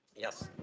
yes.